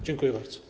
Dziękuję bardzo.